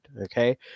Okay